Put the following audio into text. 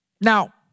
Now